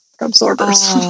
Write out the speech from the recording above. absorbers